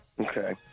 Okay